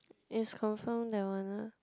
it's confirm that one ah